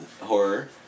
horror